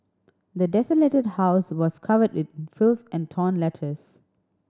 the desolated house was covered in filth and torn letters